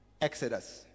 Exodus